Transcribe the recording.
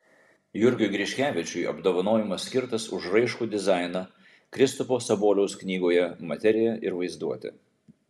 jurgiui griškevičiui apdovanojimas skirtas už raiškų dizainą kristupo saboliaus knygoje materija ir vaizduotė